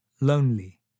lonely